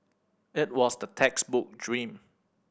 it was the textbook dream